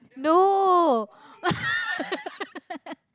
!no!